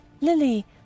Lily